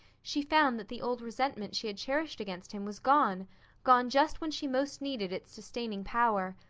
she found that the old resentment she had cherished against him was gone gone just when she most needed its sustaining power.